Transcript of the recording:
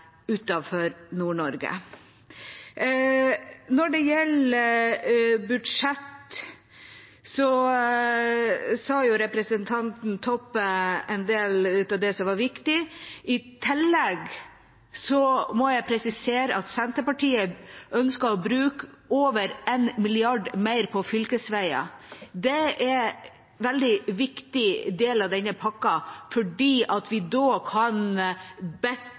Når det gjelder budsjett, sa jo representanten Toppe en del av det som var viktig. I tillegg må jeg presisere at Senterpartiet ønsker å bruke over 1 mrd. kr mer til fylkesveier. Det er en veldig viktig del av denne pakken, fordi vi da kan